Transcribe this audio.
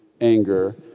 anger